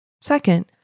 Second